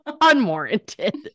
unwarranted